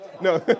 No